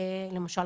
למשל,